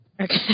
Okay